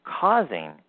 causing